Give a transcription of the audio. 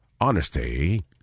Honesty